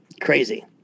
Crazy